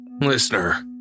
Listener